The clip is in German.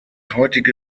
heutige